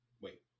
Wait